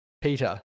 Peter